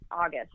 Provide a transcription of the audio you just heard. August